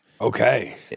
Okay